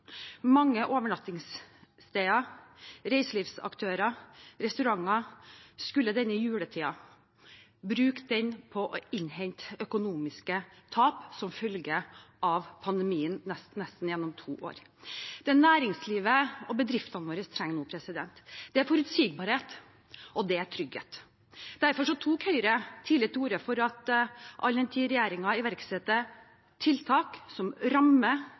Mange overnattingssteder, reiselivsaktører og restauranter skulle bruke denne juletiden på å hente inn økonomiske tap som følge av pandemien gjennom nesten to år. Det næringslivet og bedriftene våre trenger nå, er forutsigbarhet og trygghet. Derfor tok Høyre tidlig til orde for at all den tid regjeringen iverksetter tiltak som rammer